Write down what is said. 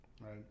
Right